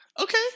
okay